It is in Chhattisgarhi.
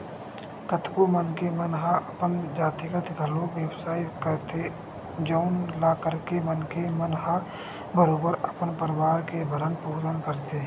कतको मनखे मन हा अपन जातिगत घलो बेवसाय करथे जउन ल करके मनखे मन ह बरोबर अपन परवार के भरन पोसन करथे